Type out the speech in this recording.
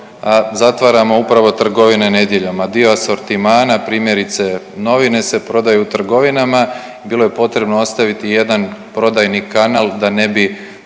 zatvaramo upravo trgovine nedjeljom, a dio asortimana primjerice novine se prodaju u trgovinama, bilo je potrebno ostaviti jedan prodajni kanal da ne bi